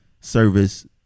service